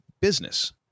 business